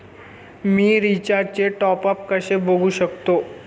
मी रिचार्जचे टॉपअप कसे बघू शकतो?